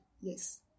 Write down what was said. yes